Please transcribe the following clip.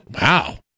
Wow